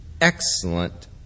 excellent